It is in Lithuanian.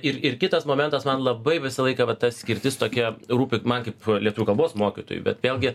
ir ir kitas momentas man labai visą laiką va ta skirtis tokia rūpi man kaip lietuvių kalbos mokytojui bet vėlgi